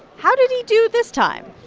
how did he do this time?